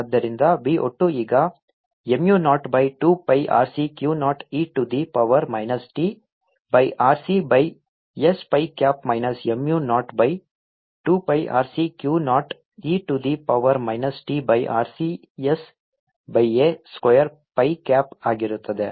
ಆದ್ದರಿಂದ B ಒಟ್ಟು ಈಗ mu naught by 2 pi RC Q naught e to the power minus t by RC by s phi cap minus mu naught by 2 pi RC Q naught e to the power minus t by RC s by a square pi cap ಆಗಿರುತ್ತದೆ